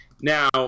Now